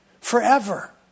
forever